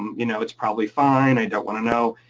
um you know it's probably fine, i don't wanna know.